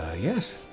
Yes